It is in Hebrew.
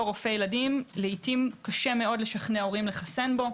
זה חיסון שבתור רופא ילדים לעיתים קשה מאוד לשכנע הורים לחסן בו.